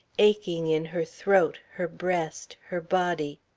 aching in her throat, her breast, her body.